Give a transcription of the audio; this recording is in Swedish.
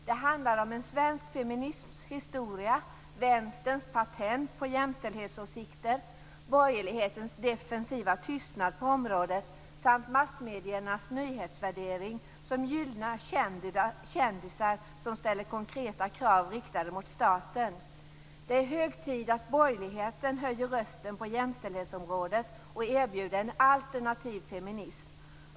Det handlar om svensk feminisms historia, Vänsterns patent på jämställdhetsåsikter, borgerlighetens defensiva tystnad på området samt massmediernas nyhetsvärdering som gynnar kändisar som ställer konkreta krav riktade mot staten. Det är hög tid att borgerligheten höjer rösten på jämställdhetsområdet och erbjuder en alternativ feminism.